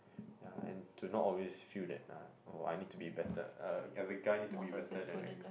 ya and to not always feel that uh oh I need to be better uh as a guy need to be better than a girl